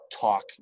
talk